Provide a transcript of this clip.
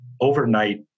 overnight